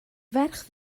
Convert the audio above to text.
ferch